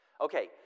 Okay